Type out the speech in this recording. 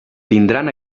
tindran